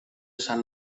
sant